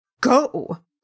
Go